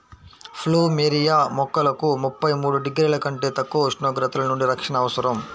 plumeria మొక్కలకు ముప్పై మూడు డిగ్రీల కంటే తక్కువ ఉష్ణోగ్రతల నుండి రక్షణ అవసరం